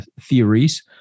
theories